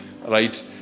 right